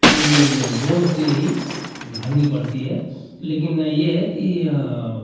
यानी बोर से ही भरनी पड़ती है लेकिन यह है कि